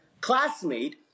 classmate